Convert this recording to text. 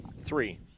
Three